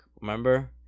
Remember